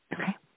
Okay